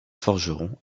forgeron